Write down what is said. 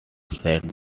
said